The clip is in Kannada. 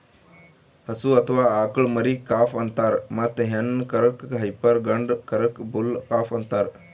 ಹಸು ಅಥವಾ ಆಕಳ್ ಮರಿಗಾ ಕಾಫ್ ಅಂತಾರ್ ಮತ್ತ್ ಹೆಣ್ಣ್ ಕರಕ್ಕ್ ಹೈಪರ್ ಗಂಡ ಕರಕ್ಕ್ ಬುಲ್ ಕಾಫ್ ಅಂತಾರ್